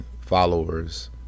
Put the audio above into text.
followers